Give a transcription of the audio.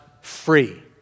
free